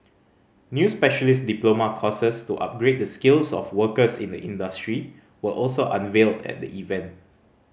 new specialist diploma courses to upgrade the skills of workers in the industry were also unveiled at the event